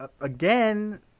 again